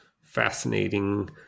fascinating